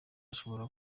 ashobora